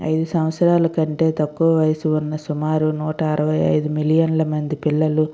ఐదు సంవత్సరాల కంటే తక్కువ వయసు ఉన్న సుమారు నూట అరవై ఐదు వేల మిలియన్ల మంది పిల్లలు